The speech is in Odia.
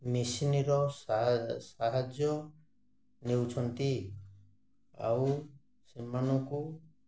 ମେସିନ୍ର ସାହାଯ୍ୟ ନେଉଛନ୍ତି ଆଉ ସେମାନଙ୍କୁ